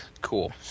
cool